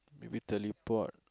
maybe teleport